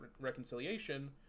reconciliation